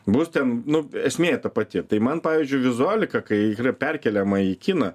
bus ten nu esmė ta pati tai man pavyzdžiui vizualika kai yra perkeliama į kiną